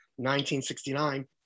1969